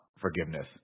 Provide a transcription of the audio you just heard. forgiveness